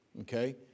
okay